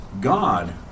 God